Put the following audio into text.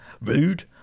rude